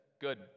good